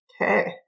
Okay